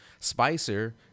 Spicer